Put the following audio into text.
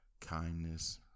kindness